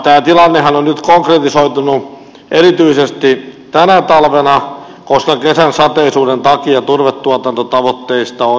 tämä tilannehan on nyt konkretisoitunut erityisesti tänä talvena koska kesän sateisuuden takia turvetuotantotavoitteista on jääty